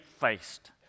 faced